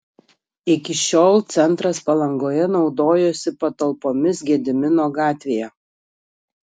iki šiol centras palangoje naudojosi patalpomis gedimino gatvėje